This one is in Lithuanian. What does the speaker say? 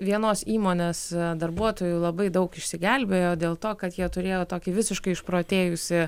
vienos įmonės darbuotojų labai daug išsigelbėjo dėl to kad jie turėjo tokį visiškai išprotėjusį